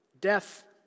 death